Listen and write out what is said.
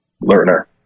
learner